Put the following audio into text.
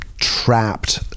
trapped